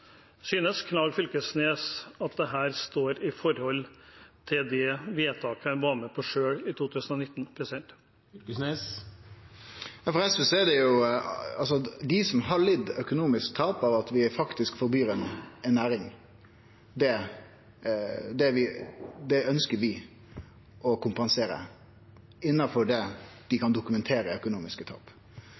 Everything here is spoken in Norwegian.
Synes Knag Fylkesnes at dette står i forhold til det vedtaket han selv var med på i 2019? For SV er det slik at dei som har lidd økonomisk tap av at vi faktisk forbyr ei næring, ønsker vi å kompensere, innanfor det dei kan dokumentere er økonomiske tap.